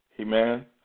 Amen